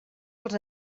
els